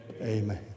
amen